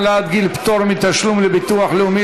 העלאת גיל פטור מתשלום לביטוח לאומי